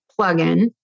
plugin